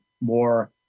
more